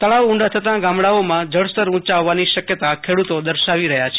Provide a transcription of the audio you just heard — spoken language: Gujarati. તળાવ ઊંડા થતાં ગામડાઓમાં જળસ્તર ઊંચા આવવાની શકયતા ખેડૂતો દર્શાવી રહ્યા છે